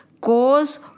cause